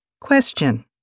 Question